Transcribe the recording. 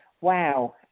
wow